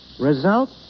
Result